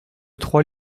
trois